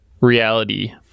reality